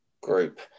group